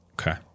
Okay